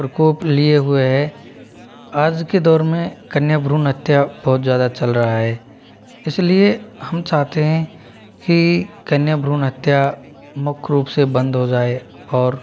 प्रकोप लिए हुए है आज के दौर में कन्या भ्रूण हत्या बहुत ज़्यादा चल रहा है इसलिए हम चाहते हैं कि कन्या भ्रूण हत्या मुख्य रूप से बंद हो जाए और